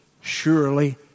surely